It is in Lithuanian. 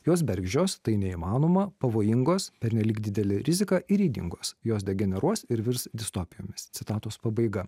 jos bergždžios tai neįmanoma pavojingos pernelyg didelė rizika ir ydingos jos degeneruos ir virs distopijomis citatos pabaiga